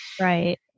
Right